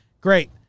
great